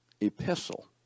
epistle